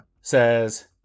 Says